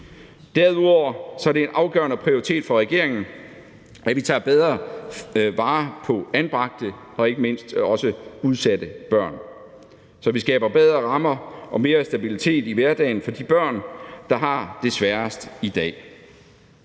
Derudover er det en afgørende prioritet for regeringen, at vi tager bedre vare på anbragte og ikke mindst også udsatte børn, så vi skaber bedre rammer og mere stabilitet i hverdagen for de børn, der har det sværest i dag,